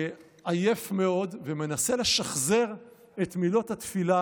עייף מאוד, מנסה לשחזר את מילות התפילה